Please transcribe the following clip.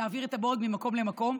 להעביר את הבורג ממקום למקום.